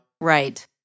right